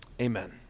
Amen